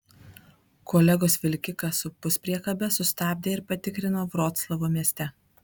kolegos vilkiką su puspriekabe sustabdė ir patikrino vroclavo mieste